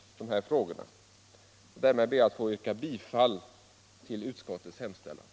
Herr talman! Jag yrkar bifall till utskottets hemställan.